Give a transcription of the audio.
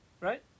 Right